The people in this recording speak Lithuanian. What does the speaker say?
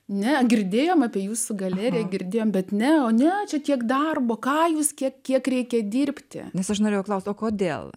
ne girdėjome apie jūsų galeriją girdėjome bet ne čia tiek darbo kajus kiek kiek reikia dirbti nes aš norėjau klausti kodėl